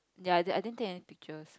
ya I didn't I didn't take any pictures